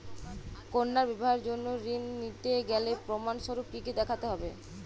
কন্যার বিবাহের জন্য ঋণ নিতে গেলে প্রমাণ স্বরূপ কী কী দেখাতে হবে?